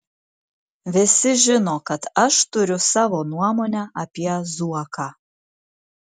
visi žino kad aš turiu savo nuomonę apie zuoką